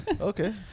Okay